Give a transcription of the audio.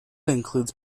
includes